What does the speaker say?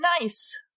nice